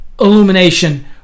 illumination